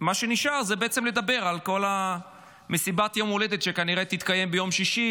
מה שנשאר זה בעצם לדבר על כל מסיבת יום ההולדת שכנראה תתקיים ביום שישי